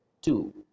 two